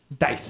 Dice